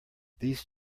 these